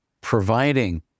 providing